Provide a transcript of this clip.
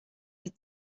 die